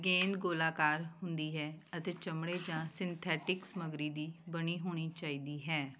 ਗੇਂਦ ਗੋਲਾਕਾਰ ਹੁੰਦੀ ਹੈ ਅਤੇ ਚਮੜੇ ਜਾਂ ਸਿੰਥੈਟਿਕ ਸਮੱਗਰੀ ਦੀ ਬਣੀ ਹੋਣੀ ਚਾਹੀਦੀ ਹੈ